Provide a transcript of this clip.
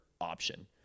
option